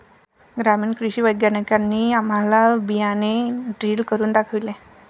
ग्रामीण कृषी वैज्ञानिकांनी आम्हाला बियाणे ड्रिल करून दाखवले